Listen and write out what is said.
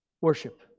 Worship